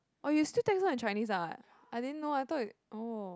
oh you still text her in Chinese ah I didn't know I thought oh